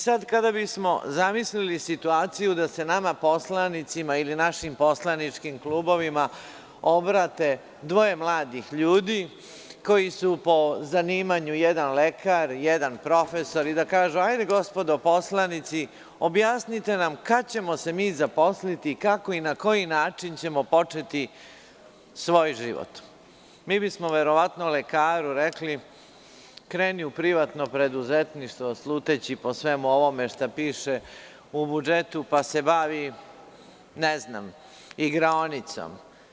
Sada kada bismo zamislili situaciju da se nama poslanicima ili našim poslaničkim klubovima obrati dvoje mladih ljudi, koji su po zanimanju jedan lekar, a jedan profesor, da kažu – hajde, gospodo poslanici, objasnite nam kada ćemo se mi zaposliti, kako i na koji način ćemo početi svoj život, mi bismo verovatno lekaru rekli – kreni u privatno preduzetništvo, sluteći po svemu ovome što piše u budžetu, pa se bavi, ne znam, igraonicom.